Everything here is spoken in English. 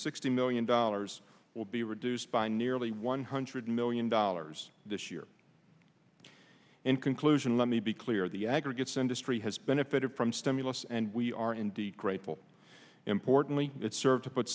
sixty million dollars will be reduced by nearly one hundred million dollars this year in conclusion let me be clear the aggregates industry has benefited from stimulus and we are indeed grateful importantly it serves to put